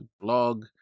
blog